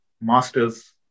masters